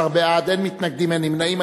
11 בעד, אין מתנגדים, אין נמנעים.